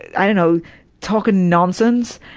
i dunno, talking nonsense,